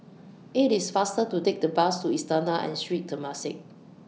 IT IS faster to Take The Bus to Istana and Sri Temasek